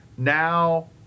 Now